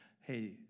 hey